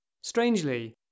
Strangely